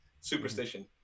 superstition